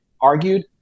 argued